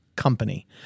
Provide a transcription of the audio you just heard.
company